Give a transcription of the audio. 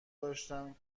داشتم